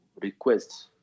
request